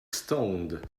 stoned